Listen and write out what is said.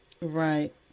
Right